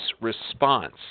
response